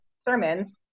sermons